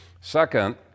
Second